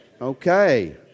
Okay